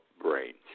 brains